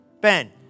Ben